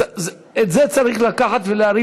את זה צריך לקחת ולהרים.